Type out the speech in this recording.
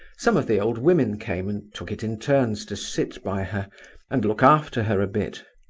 some of the old women came and took it in turns to sit by her and look after her a bit.